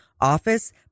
office